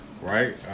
right